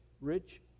rich